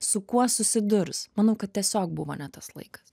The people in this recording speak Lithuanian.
su kuo susidurs manau kad tiesiog buvo ne tas laikas